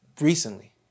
recently